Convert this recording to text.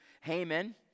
Haman